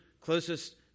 closest